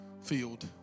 field